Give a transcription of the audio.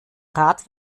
rat